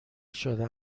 شده